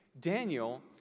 Daniel